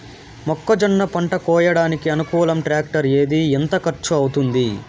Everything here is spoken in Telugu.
మొక్కజొన్న పంట కోయడానికి అనుకూలం టాక్టర్ ఏది? ఎంత ఖర్చు అవుతుంది?